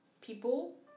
people